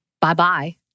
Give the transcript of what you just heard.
bye-bye